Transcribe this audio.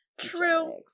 True